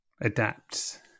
adapts